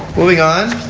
moving on.